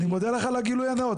אני מודה לך על הגילוי הנאות.